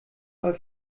aber